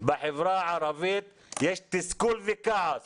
בחברה הערבית יש תסכול וכעס